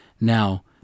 Now